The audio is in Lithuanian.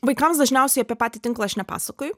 vaikams dažniausiai apie patį tinklą aš nepasakoju